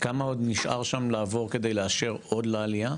כמה עוד נשאר שם לעבור כדי לאשר עוד לעלייה,